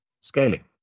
scaling